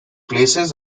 places